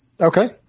Okay